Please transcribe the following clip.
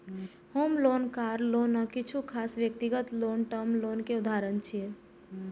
होम loan, car loan आ किछु खास व्यक्तिगत लोन टर्म लोन के उदाहरण छियै